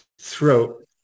throat